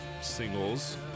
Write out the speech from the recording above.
singles